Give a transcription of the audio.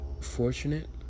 fortunate